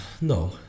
No